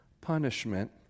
punishment